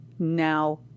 Now